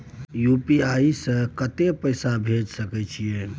UPI से कत्ते पैसा भेज सके छियै?